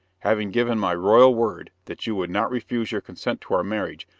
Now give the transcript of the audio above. having given my royal word that you would not refuse your consent to our marriage,